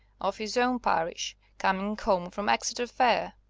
of his own parish, coming home from exeter fair.